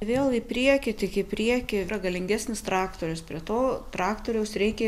vėl į priekį tik į priekį yra galingesnis traktorius prie to traktoriaus reikia